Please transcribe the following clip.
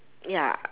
ya